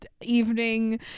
evening